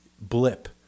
blip